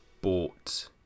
bought